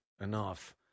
enough